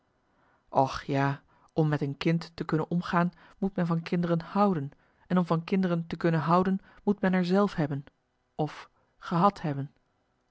och ja om met een kind te kunnen omgaan moet men van kinderen houden en om van kinderen te kunnen houden moet men er zelf hebben of gehad hebben